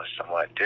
somewhat